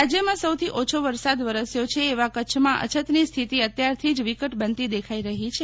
રાજયમાં સૌથી ઓછો વરસાદ વરસ્યો છે એવા કચ્છમાં અછતની સ્થિતી અત્યારથી જ વિકટ બનતી દેખાઇ રહી છે